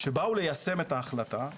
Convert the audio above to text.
כשבאו ליישם את ההחלטה,